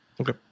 Okay